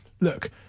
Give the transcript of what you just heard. Look